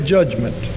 Judgment